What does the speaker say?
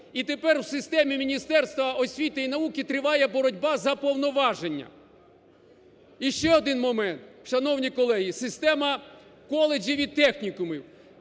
І тепер в системі Міністерства освіти і науки триває боротьба за повноваження. І ще один момент, шановні колеги, система коледжів і технікумів.